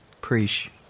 Preach